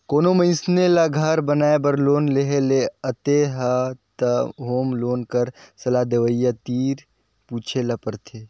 कोनो मइनसे ल घर बनाए बर लोन लेहे ले अहे त होम लोन कर सलाह देवइया तीर पूछे ल परथे